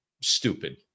stupid